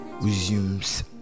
resumes